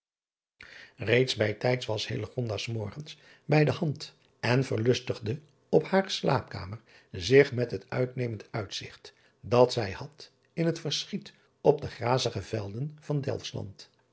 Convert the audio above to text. eeds bij tijds was s morgens bij de hand en verlustigde op hare slaapkamer zich met het uitnemend uitzigt dat zij had in het verschiet op de grazige velden van